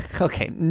Okay